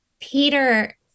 Peter